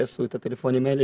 שיעשו את הטלפונים האלה,